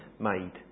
made